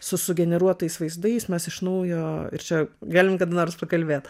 su sugeneruotais vaizdais mes iš naujo čia galim kad nors pakalbėt